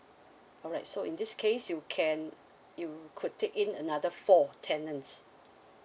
alright so in this case you can you could take in another four tenants